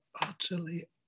utterly